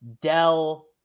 Dell